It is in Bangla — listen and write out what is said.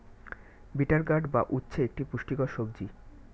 বিটার গার্ড বা উচ্ছে একটি পুষ্টিকর সবজি